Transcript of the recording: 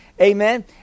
amen